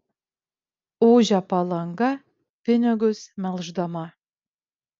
ūžia palanga pinigus melždama